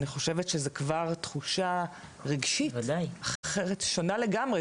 אני חושבת שזו כבר תחושה רגשית אחרת ושונה לגמרי.